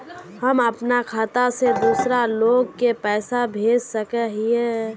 हम अपना खाता से दूसरा लोग के पैसा भेज सके हिये?